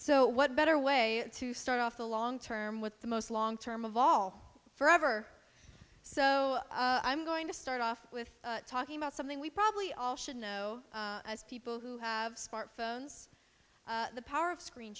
so what better way to start off the long term with the most long term of all for ever so i'm going to start off with talking about something we probably all should know as people who have smartphones the power of screen